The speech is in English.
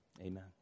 amen